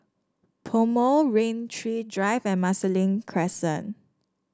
PoMo Rain Tree Drive and Marsiling Crescent